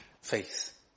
faith